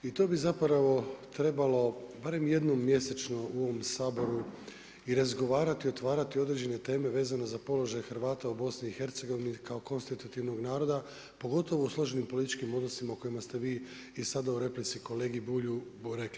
I to bi trebalo barem jednom mjesečno u ovom Saboru i razgovarati i otvarati određene teme vezano za položaj Hrvata u BiH kao konstitutivnog naroda, pogotovo u složenim političkim odnosima o kojima ste vi i sada u replici kolegi Bulju rekli.